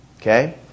Okay